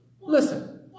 Listen